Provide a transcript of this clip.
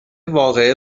واقعه